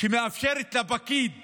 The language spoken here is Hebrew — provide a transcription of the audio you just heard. שמאפשרת לפקיד